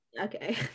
okay